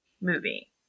movie